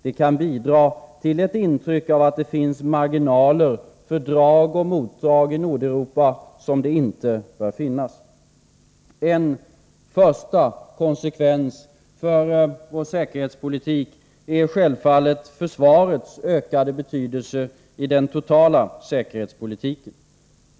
Det kan bidra till ett intryck av att det finns marginaler för drag och motdrag i Nordeuropa som inte bör finnas. En första konsekvens är självfallet försvarets ökade betydelse i den totala säkerhetspolitiken.